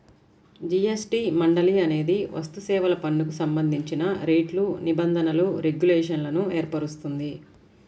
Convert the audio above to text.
GST మండలి అనేది వస్తుసేవల పన్నుకు సంబంధించిన రేట్లు, నిబంధనలు, రెగ్యులేషన్లను ఏర్పరుస్తుంది